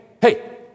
hey